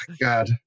God